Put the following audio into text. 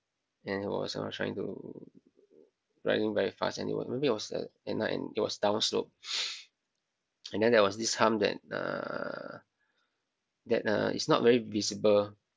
and he was you know trying to riding very fast and he was maybe it was at night and it was downslope and then there was this hump that uh that uh it's not very visible